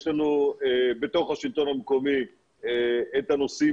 יש לנו בתוך השלטון המקומי את הנושאים